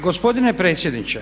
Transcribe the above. Gospodine predsjedniče.